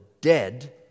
dead